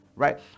right